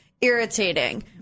irritating